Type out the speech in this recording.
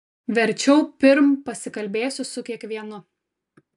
verčiau pirm pasikalbėsiu su kiekvienu